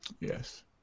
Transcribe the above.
Yes